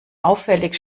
auffällig